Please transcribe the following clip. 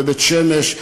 בבית-שמש,